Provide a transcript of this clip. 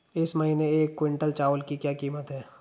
इस महीने एक क्विंटल चावल की क्या कीमत है?